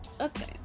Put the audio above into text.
okay